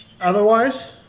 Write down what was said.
otherwise